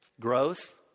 Growth